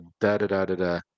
da-da-da-da-da